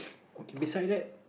okay beside that